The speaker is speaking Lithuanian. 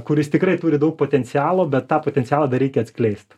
kuris tikrai turi daug potencialo bet tą potencialą dar reikia atskleist